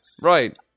right